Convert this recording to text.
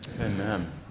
Amen